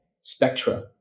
spectra